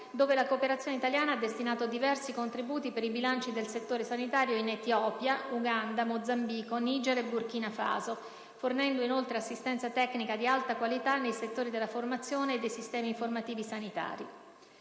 dove la Cooperazione italiana ha destinato diversi contributi per i bilanci del settore sanitario in Etiopia, Uganda, Mozambico, Niger e Burkina Faso, fornendo inoltre assistenza tecnica di alta qualità nei settori della formazione e dei sistemi informativi sanitari.